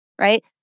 Right